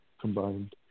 combined